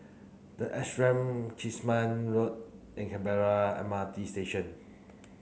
the Ashram Kismis Road and Canberra M R T Station